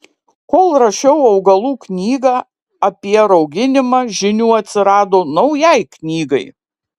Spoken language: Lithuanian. kol rašiau augalų knygą apie rauginimą žinių atsirado naujai knygai